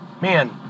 Man